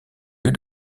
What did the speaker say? lieu